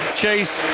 chase